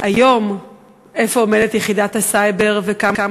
1. איפה עומדת היום יחידת הסייבר וכמה